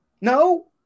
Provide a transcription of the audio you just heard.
No